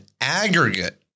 aggregate